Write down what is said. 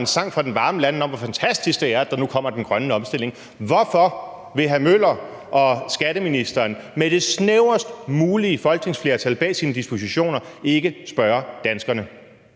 en sang fra de varme lande om, hvor fantastisk det er, at der nu kommer den grønne omstilling. Hvorfor vil hr. Henrik Møller og skatteministeren med det snævrest mulige folketingsflertal bag sine dispositioner ikke spørge danskerne?